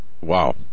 Wow